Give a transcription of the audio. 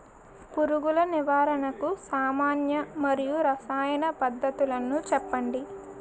పురుగుల నివారణకు సామాన్య మరియు రసాయన పద్దతులను చెప్పండి?